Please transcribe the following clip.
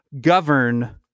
govern